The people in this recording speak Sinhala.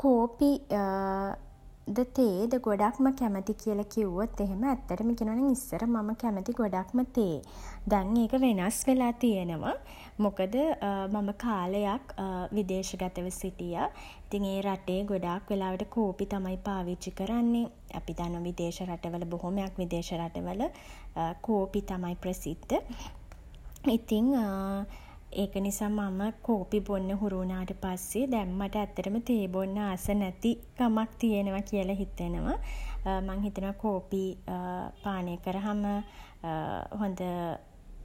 කෝපි ද තේද ගොඩක්ම කැමති කියල කිව්වොත් එහෙම ඇත්තටම කිව්වොත් ඉස්සර මම කැමති ගොඩක්ම තේ. දැන් ඒක වෙනස් වෙලා තියෙනවා. මොකද මම කාලයක් විදේශගතව සිටියා. ඉතින් ඒ රටේ ගොඩාක් වෙලාවට කෝපි තමයි පාවිච්චි කරන්නේ. අපි දන්නවා විදේශ රටවල බොහොමයක් විදේශ රටවල කෝපි තමයි ප්‍රසිද්ධ. ඉතින් ඒක නිසා මම කෝපි බොන්න හුරු වුණාට පස්සේ දැන් මට ඇත්තටම තේ බොන්න ආස නැති කමක් තියෙනව කියලා හිතෙනවා. මං හිතනවා කෝපි පානය කරහම හොඳ